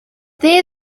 there